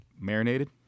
marinated